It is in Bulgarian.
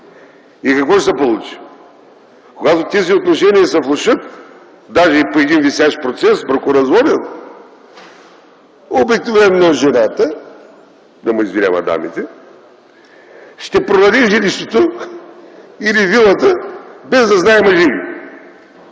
и какво ще се получи? Когато тези отношения се влошат, даже и при един висящ бракоразводен процес, обикновено жената, да ме извиняват дамите, ще продаде жилището или вилата без да знае мъжът й.